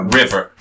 river